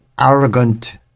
arrogant